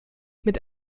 mit